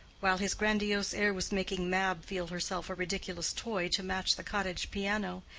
while his grandiose air was making mab feel herself a ridiculous toy to match the cottage piano,